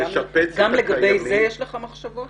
גם לגבי זה יש לך מחשבות?